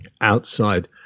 Outside